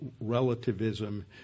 relativism